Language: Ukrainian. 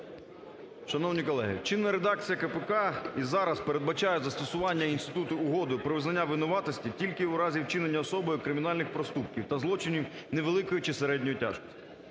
Шановні колеги, чинна редакція КПК і зараз передбачає застосування інституту угоди про визнання винуватості тільки в разі вчинення особою кримінальних проступків та злочинів невеликої чи середньої тяжкості.